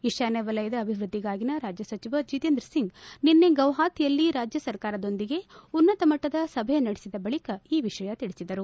ಈಶಾನ್ಯ ವಲಯದ ಅಭಿವೃದ್ದಿಗಾಗಿನ ರಾಜ್ಯ ಸಚಿವ ಜತೇಂದ್ರ ಸಿಂಗ್ ನಿನ್ನೆ ಗೌಹಾತಿಯಲ್ಲಿ ರಾಜ್ಯ ಸರ್ಕಾರದೊಂದಿಗೆ ಉನ್ನತ ಮಟ್ಟದ ಸಭೆ ನಡೆಸಿದ ಬಳಿಕ ಈ ವಿಷಯ ತಿಳಿಸಿದರು